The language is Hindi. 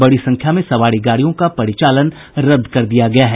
बड़ी संख्या में सवारी गाड़ियों का परिचालन रद्द कर दिया गया है